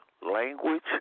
language